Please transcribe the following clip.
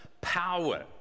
power